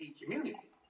community